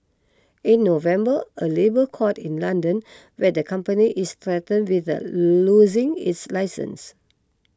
in November a labour court in London where the company is threatened with the losing its license